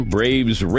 Braves